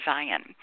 Zion